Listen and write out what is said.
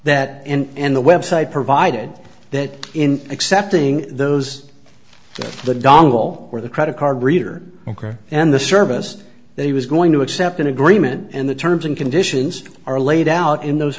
that and the website provided that in accepting those the dongle or the credit card reader and the service that he was going to accept an agreement and the terms and conditions are laid out in those